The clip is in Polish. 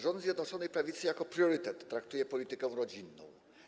Rząd Zjednoczonej Prawicy jako priorytet traktuje politykę rodzinną.